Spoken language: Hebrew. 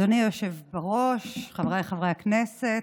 אדוני היושב-ראש, חבריי חברי הכנסת,